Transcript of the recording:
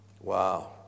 Wow